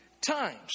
times